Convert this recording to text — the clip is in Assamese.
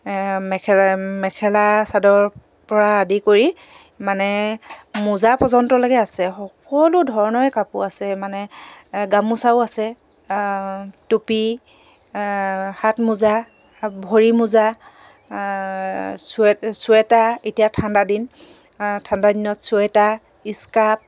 মেখেলা মেখেলা চাদৰ পৰা আদি কৰি মানে মোজা পৰ্যন্তলেকে আছে সকলো ধৰণৰে কাপোৰ আছে মানে গামোচাও আছে টুপী হাতৰ মোজা ভৰিৰ মোজা চুৱেটাৰ এতিয়া ঠাণ্ডা দিন ঠাণ্ডা দিনত চুৱেটাৰ ইচকাৰ্প